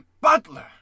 Butler